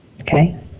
Okay